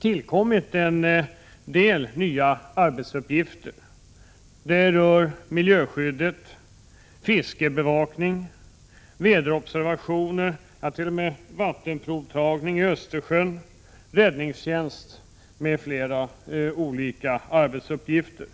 tillkommit en del nya arbetsuppgifter. De rör miljöskydd, fiskebevakning, väderobservationer och t.o.m. vattenprovtagning i Östersjön, räddningstjänst m.fl. olika arbetsuppgifter.